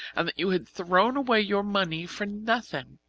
and that you had thrown away your money for nothing.